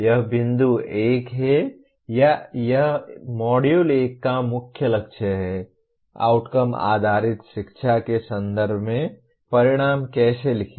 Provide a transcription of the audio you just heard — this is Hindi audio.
यह बिंदु 1 है या यह मॉड्यूल 1 का मुख्य लक्ष्य है आउटकम आधारित शिक्षा के संदर्भ में परिणाम कैसे लिखें